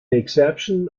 exception